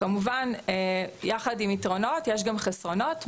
כמובן שיחד עם היתרונות יש גם חסרונות.